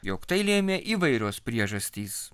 jog tai lėmė įvairios priežastys